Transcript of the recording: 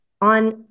on